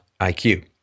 IQ